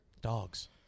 Dogs